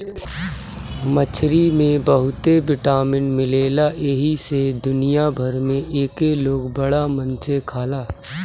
मछरी में बहुते विटामिन मिलेला एही से दुनिया भर में एके लोग बड़ा मन से खाला